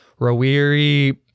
Rawiri